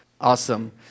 Awesome